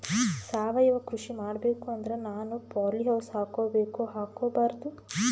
ಸಾವಯವ ಕೃಷಿ ಮಾಡಬೇಕು ಅಂದ್ರ ನಾನು ಪಾಲಿಹೌಸ್ ಹಾಕೋಬೇಕೊ ಹಾಕ್ಕೋಬಾರ್ದು?